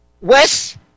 Wes